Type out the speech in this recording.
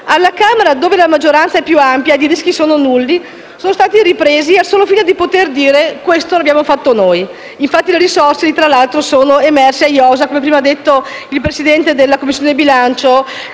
alla Camera, dove la maggioranza è più ampia ed i rischi sono nulli, sono stati ripresi al solo fine di poter dire: «Questo lo abbiamo fatto noi». Infatti, tra l'altro, le risorse sono emerse a iosa, come prima ha detto il Presidente della Commissione bilancio: